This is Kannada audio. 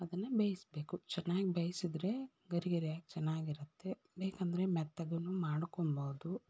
ಅದನ್ನು ಬೇಯಿಸ್ಬೇಕು ಚೆನ್ನಾಗಿ ಬೇಯ್ಸಿದ್ರೆ ಗರಿ ಗರಿಯಾಗಿ ಚೆನ್ನಾಗಿರುತ್ತೆ ಬೇಕಂದರೆ ಮೆತ್ತಗೂ ಮಾಡ್ಕೊಳ್ಬೌದು